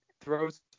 Throws